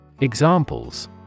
Examples